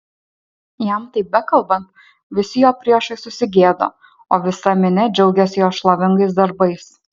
jam tai bekalbant visi jo priešai susigėdo o visa minia džiaugėsi jo šlovingais darbais